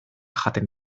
jaten